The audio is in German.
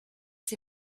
sie